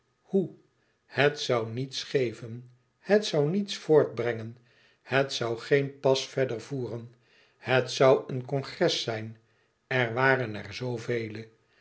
hoe het zoû niets geven het zoû niets voortbrengen het zoû geen pas verder voeren het zoû een congres zijn er waren er zoovele